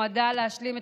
לקריאה